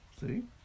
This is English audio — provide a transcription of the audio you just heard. see